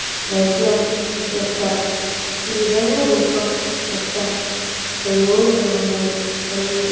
వైద్యం యొక్క ఏదైనా రూపం యొక్క ప్రయోజనాలు మరియు